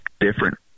different